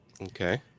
Okay